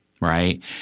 right